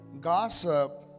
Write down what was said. gossip